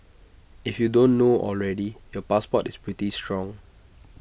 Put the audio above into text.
if you don't know already your passport is pretty strong